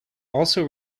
also